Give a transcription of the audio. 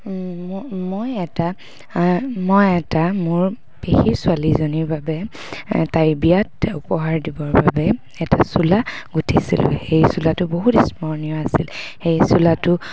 মই এটা মই এটা মোৰ পেহী ছোৱালীজনীৰ বাবে তাইৰ বিয়াত উপহাৰ দিবৰ বাবে এটা চোলা গুঠিছিলোঁ সেই চোলাটো বহুত স্মৰণীয় আছিল সেই চোলাটো